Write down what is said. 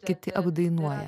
kiti apdainuoja